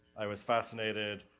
i was fascinated,